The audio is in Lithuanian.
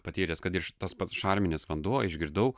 patyręs kad ir tas pats šarminis vanduo išgirdau